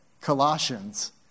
Colossians